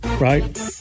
right